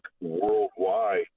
worldwide